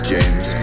James